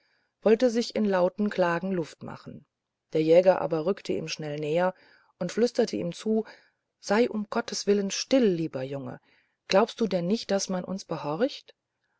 wollte sich in lauten klagen luft machen der jäger aber rückte ihm schnell näher und flüsterte ihm zu sei um gottes willen stille lieber junge glaubst du denn nicht daß man uns behorcht